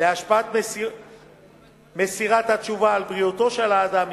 להשפעת מסירת התשובה על בריאותו של האדם,